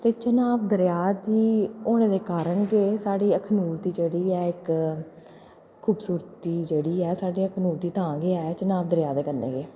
ते चन्हांऽ दी होने दे कारण गै साढ़ी अखनूर दी जेह्ड़ी ऐ इक्क खूबसूरती जेह्ड़ी ऐ तां गै चन्हांऽ दरेआ दे कन्नै गै